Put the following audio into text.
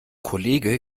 kollege